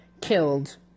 killed